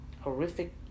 horrific